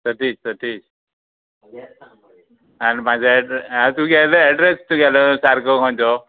सतीस सतीश आनी म्हाजो एड्रे आ तुगेलो एड्रेस तुगेलो सारको खंयचो